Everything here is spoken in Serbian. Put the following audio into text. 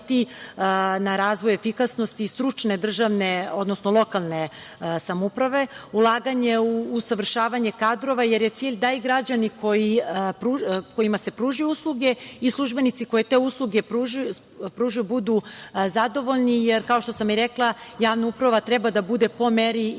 na razvoj efikasnosti i stručne državne, odnosno lokalne samouprave, ulaganje u usavršavanje kadrova, jer je cilj da i građani kojima se pružaju usluge i službenici koje te usluge pružaju budu zadovoljni, jer, kao što sam i rekla, javna uprava treba da bude po meri i